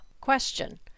Question